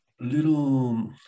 little